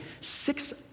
Six